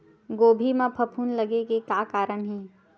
गोभी म फफूंद लगे के का कारण हे?